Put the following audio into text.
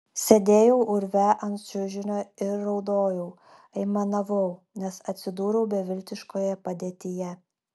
sėdėjau urve ant čiužinio ir raudojau aimanavau nes atsidūriau beviltiškoje padėtyje